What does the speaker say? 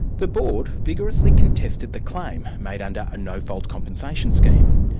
the board vigorously contested the claim, made under a no-fault compensation scheme.